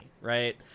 Right